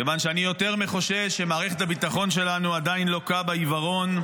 כיוון שאני יותר מחושש שמערכת הביטחון שלנו עדיין לוקה בעיוורון,